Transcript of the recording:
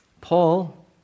Paul